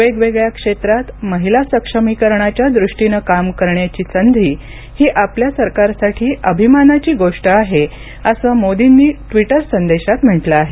वेगवेगळ्या क्षेत्रात महिला सक्षमीकरणाच्या दृष्टीनं काम करण्याची संधी ही आपल्या सरकारसाठी अभिमानाची गोष्ट आहे असं मोर्दीनी ट्विटर संदेशात म्हटलं आहे